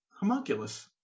homunculus